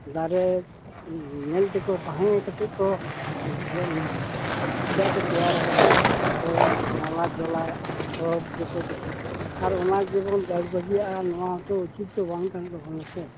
ᱫᱟᱨᱮ ᱧᱮᱞᱛᱮᱠᱚ ᱛᱟᱦᱮᱸ ᱠᱟᱛᱮ ᱠᱚ ᱵᱷᱤᱴᱟᱹ ᱠᱚ ᱛᱮᱭᱟᱨᱟᱠᱟᱫᱟ ᱡᱚᱛᱚ ᱱᱟᱞᱟ ᱡᱚᱞᱟ ᱥᱚᱵ ᱡᱚᱛᱚ ᱠᱤᱪᱷᱩ ᱟᱨ ᱚᱱᱟ ᱡᱩᱫᱤ ᱵᱚᱱ ᱫᱟᱹᱲ ᱵᱟᱹᱜᱤᱭᱟᱜᱼᱟ ᱚᱱᱟ ᱦᱚᱸᱛᱚ ᱩᱪᱤᱛ ᱫᱚ ᱵᱟᱝ ᱠᱟᱱ ᱛᱟᱵᱚᱱᱟ ᱥᱮ